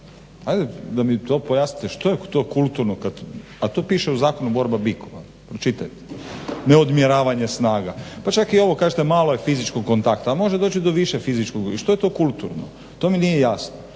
Ajde da mi to pojasnite što je to kulturno kad, a to piše u zakonu borba bikova, pročitajte, ne odmjeravanje snaga. Pa čak i ovo kažete malo je fizičkog kontakta, ali može doći do više fizičkog kontakta. To mi nije jasno.